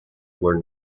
were